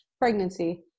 pregnancy